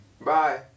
bye